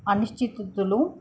అనిశ్చిత్తులు